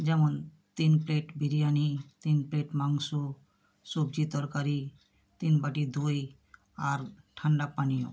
যেমন তিন প্লেট বিরিয়ানি তিন প্লেট মাংস সবজির তরকারি তিনবাটি দই আর ঠান্ডা পানীয়